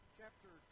chapter